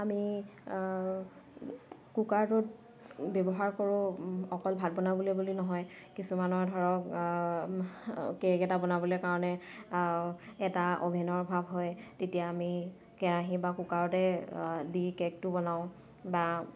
আমি কুকাৰটোত ব্যৱহাৰ কৰোঁ অকল ভাত বনাবলৈ বুলি নহয় কিছুমানৰ ধৰক কেক এটা বনাবলৈ কাৰণে এটা অ'ভেনৰ অভাৱ হয় তেতিয়া আমি কেৰাহী বা কুকাৰতে দি কেকটো বনাওঁ বা